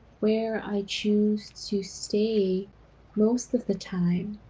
where i choose to stay most of the time,